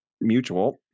mutual